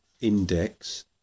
index